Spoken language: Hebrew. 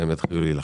שהם יתחילו להילחם.